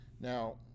Now